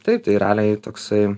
taip tai raliai toksai